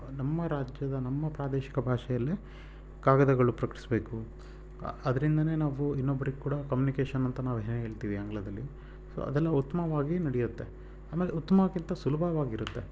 ನಮ್ಮ ರಾಜ್ಯದ ನಮ್ಮ ಪ್ರಾದೇಶಿಕ ಭಾಷೆಯಲ್ಲೇ ಕಾಗದಗಳು ಪ್ರಕಟಿಸ್ಬೇಕು ಅದರಿಂದನೇ ನಾವು ಇನ್ನೊಬ್ರಿಗೆ ಕೊಡೋ ಕಮ್ಯುನಿಕೇಶನ್ ಅಂತ ನಾವು ಹೇಗ್ ಹೇಳ್ತೀವಿ ಆಂಗ್ಲದಲ್ಲಿ ಸೊ ಅದೆಲ್ಲ ಉತ್ತಮವಾಗಿ ನಡೆಯುತ್ತೆ ಆಮೇಲೆ ಉತ್ತಮಕ್ಕಿಂತ ಸುಲಭವಾಗಿರುತ್ತೆ